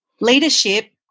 Leadership